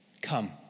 Come